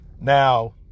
Now